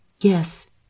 Yes